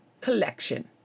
Collection